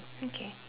okay